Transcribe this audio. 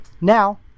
Now